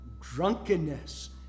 drunkenness